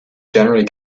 generally